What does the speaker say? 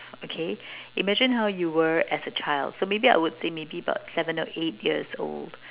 okay imagine how you were as a child so maybe I would say maybe about seven or eight years old